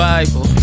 Bible